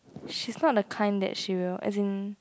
she's not the kind that she will as in